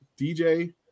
DJ